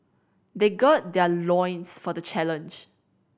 they gird their loins for the challenge